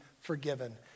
forgiven